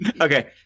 Okay